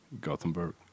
Gothenburg